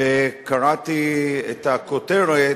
וקראתי את הכותרת,